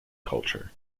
culture